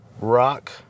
rock